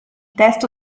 testo